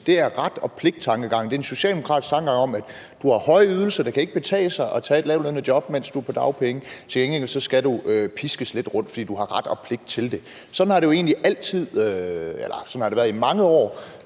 det er ret og pligt-tankegangen. Det er den socialdemokratiske tankegang om, at du har høje ydelser: Det kan ikke betale sig at tage et lavtlønnet job, mens du er på dagpenge, til gengæld skal du piskes lidt rundt, fordi du har ret og pligt til det. Sådan har det været i mange år